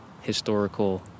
historical